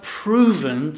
proven